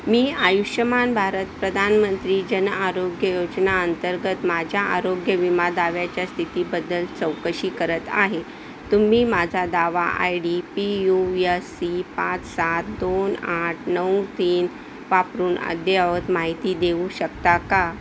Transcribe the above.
मी आयुष्यमान भारत प्रधानमंत्री जनआरोग्य योजनेअंतर्गत माझ्या आरोग्य विमा दाव्याच्या स्थितीबद्दल चौकशी करत आहे तुम्ही माझा दावा I D P U S C पाच सात दोन आठ नऊ तीन वापरून अद्ययावत माहिती देऊ शकता का